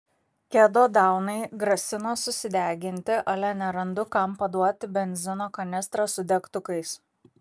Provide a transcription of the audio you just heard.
kedodaunai grasino susideginti ale nerandu kam paduoti benzino kanistrą su degtukais